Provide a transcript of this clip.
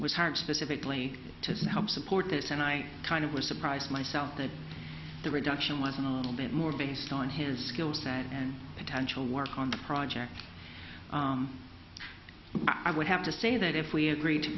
was hard specifically to help support this and i kind of was surprised myself that the reduction wasn't a little bit more based on his skills and potential work on the project i would have to say that if we agree to